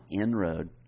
inroad